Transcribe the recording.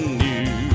new